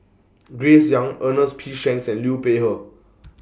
Grace Young Ernest P Shanks and Liu Peihe